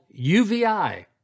UVI